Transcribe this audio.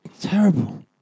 Terrible